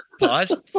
pause